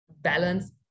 balance